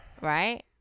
Right